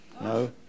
no